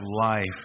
life